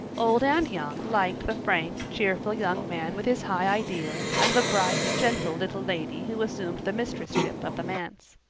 old and young liked the frank, cheerful young man with his high ideals, and the bright, gentle little lady who assumed the mistress-ship of the manse.